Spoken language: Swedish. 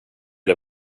det